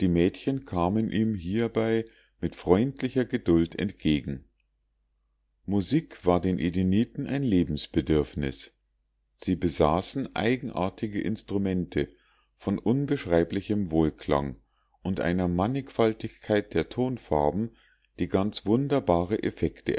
mädchen kamen ihm hiebei mit freundlichster geduld entgegen musik war den edeniten ein lebensbedürfnis sie besaßen eigenartige instrumente von unbeschreiblichem wohlklang und einer mannigfaltigkeit der tonfarben die ganz wunderbare effekte